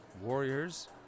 Warriors